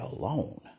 alone